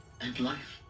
and life.